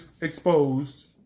exposed